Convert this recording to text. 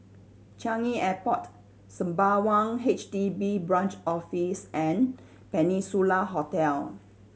Changi Airport Sembawang H D B Branch Office and Peninsula Hotel